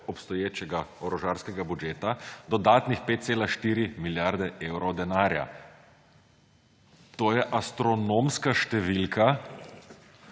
obstoječega orožarskega budžeta, dodatnih 5,4 milijarde evrov denarja. To je astronomska številka.